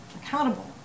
accountable